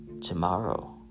tomorrow